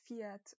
Fiat